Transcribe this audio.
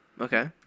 Okay